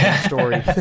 Story